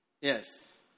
Yes